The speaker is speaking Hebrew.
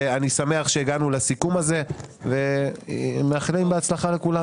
ואני שמח שהגענו לסיכום הזה ומאחל הצלחה לכולנו.